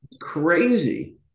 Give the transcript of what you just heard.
Crazy